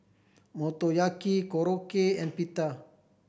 Motoyaki Korokke and Pita